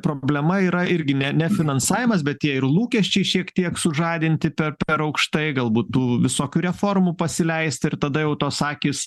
problema yra irgi ne ne finansavimas bet tie ir lūkesčiai šiek tiek sužadinti per per aukštai galbūt tų visokių reformų pasileista ir tada jau tos akys